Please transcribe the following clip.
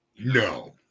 No